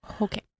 okay